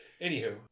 Anywho